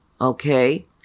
okay